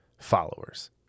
followers